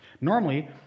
Normally